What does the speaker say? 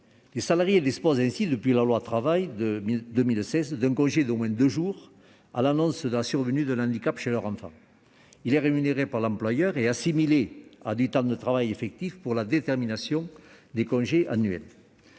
et à la sécurisation des parcours professionnels, d'un congé d'au moins deux jours à l'annonce de la survenue d'un handicap chez leur enfant. Il est rémunéré par l'employeur et assimilé à du temps de travail effectif pour la détermination des congés annuels.